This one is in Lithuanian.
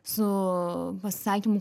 su pasisakymu